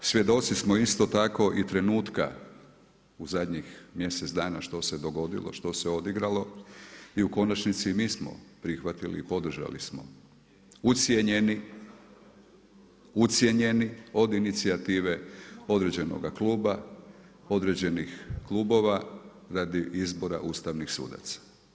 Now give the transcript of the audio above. Svjedoci smo isto tako i trenutka u zadnjih mjesec dana što se dogodilo, što se odigralo i u konačnici i mi smo prihvatili i podržali smo, ucijenjeni, od inicijative, određenoga kluba, određenih klubova radi izbora ustavnih sudaca.